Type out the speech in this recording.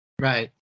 Right